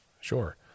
sure